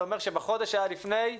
זה אומר שבחודש שהיה לפני זה...